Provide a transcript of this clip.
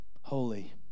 Holy